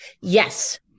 yes